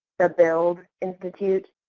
the build institute,